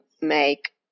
make